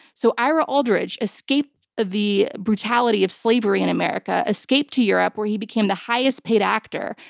so ira aldridge escaped the brutality of slavery in america, escaped to europe where he became the highest paid actor.